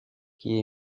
qui